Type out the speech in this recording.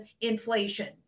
inflation